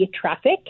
traffic